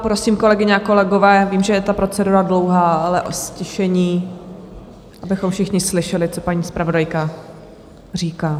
Prosím kolegyně a kolegové, vím, že je ta procedura dlouhá, ale o ztišení, abychom všichni slyšeli, co paní zpravodajka říká.